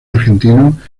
argentino